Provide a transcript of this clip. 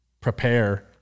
prepare